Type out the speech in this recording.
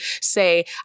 say